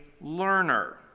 learner